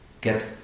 get